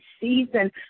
season